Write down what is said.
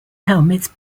helmets